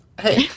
Hey